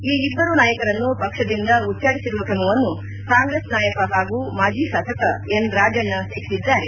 ಈ ಇಬ್ಬರು ನಾಯಕರನ್ನು ಪಕ್ಷದಿಂದ ಉಚ್ದಾಟಿಸಿರುವ ಕ್ರಮವನ್ನು ಕಾಂಗ್ರೆಸ್ ನಾಯಕ ಹಾಗೂ ಮಾಜಿ ಶಾಸಕ ಎನ್ ರಾಜಣ್ಣ ಟೀಕಿಸಿದ್ದಾರೆ